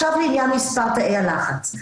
לעניין מספר תאי הלחץ,